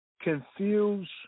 confuse